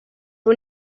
ubu